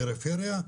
בפריפריה,